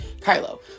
Kylo